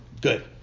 Good